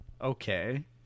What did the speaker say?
okay